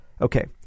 Okay